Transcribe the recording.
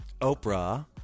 oprah